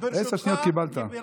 עשר שניות קיבלת.